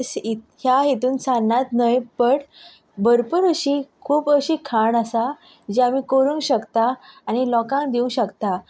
ह्या हेतून सान्नांच न्हय बट भरपूर अशी खूब अशी खाण आसा जी आमी करूंक शकता आनी लोकांक दिवंक शकता आतां